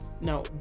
now